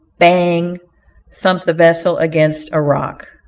bang thumped the vessel against a rock.